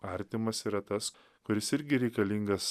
artimas yra tas kuris irgi reikalingas